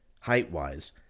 height-wise